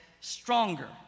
stronger